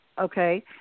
okay